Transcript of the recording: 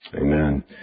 Amen